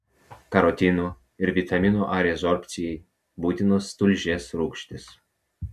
karotinų ir vitamino a rezorbcijai būtinos tulžies rūgštys